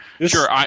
sure